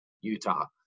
Utah